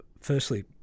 firstly